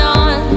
on